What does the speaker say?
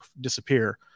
disappear